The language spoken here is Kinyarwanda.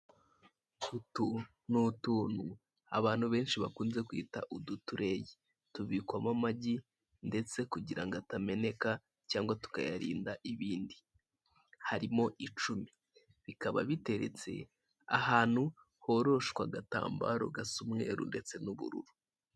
Utu ni utuntu abantu benshi bakunze kwita udutureyi. Tubikwamo amagi cyangwa ndetse kugira ngo atameneka cyangwa tukayarinda ibindi. Harimo icumi bikaba biteretse ahantu horoshwe agatambaro gasa umweru ndetse n'ubururu.